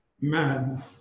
man